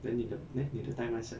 then 你的 then 你的 timeline 是